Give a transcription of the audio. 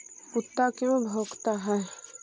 कुत्ता क्यों भौंकता है?